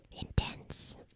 Intense